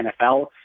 NFL